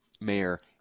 Mayor